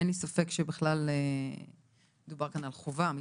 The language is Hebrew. אין לי ספק שמדובר כאן על חובה אמיתית.